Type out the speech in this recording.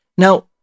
Now